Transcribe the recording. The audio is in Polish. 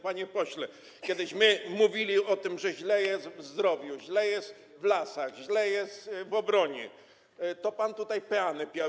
Panie pośle, kiedyśmy mówili o tym, że źle jest w zdrowiu, źle jest w lasach, źle jest w obronie, pan tutaj piał peany.